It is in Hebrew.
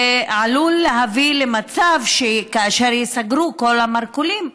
זה עשוי להביא למצב שכאשר ייסגרו כל המרכולים,